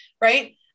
right